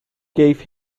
gave